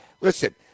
Listen